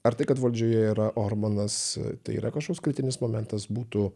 ar tai kad valdžioje yra orbanas tai yra kažkoks kritinis momentas būtų